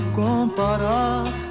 comparar